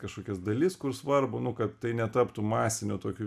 kažkokias dalis kur svarbu nu kad tai netaptų masiniu tokiu